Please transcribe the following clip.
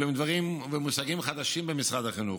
אלה מושגים חדשים במשרד החינוך,